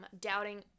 doubting